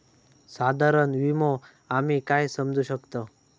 साधारण विमो आम्ही काय समजू शकतव?